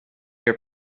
your